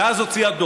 ואז הוציאה דוח.